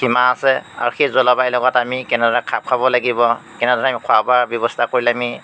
সীমা আছে আৰু সেই জলবায়ুৰ লগত আমি কেনেদৰে খাপ খাব লাগিব কেনেদৰে খোৱা বোৱাৰ ব্যৱস্থা কৰিলে আমি